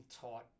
taught